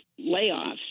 layoffs